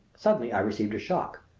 suddenly i received a shock.